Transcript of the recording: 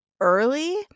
early